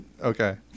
okay